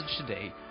today